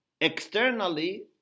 externally